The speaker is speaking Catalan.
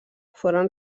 foren